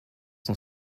son